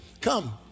come